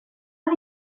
det